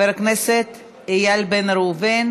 התשע"ח 208, של חבר הכנסת איל בן ראובן